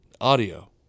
audio